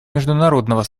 международного